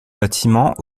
bâtiments